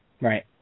Right